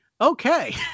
Okay